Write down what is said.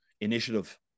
initiative